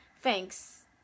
thanks